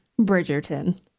Bridgerton